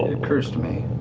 occurs to me